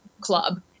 club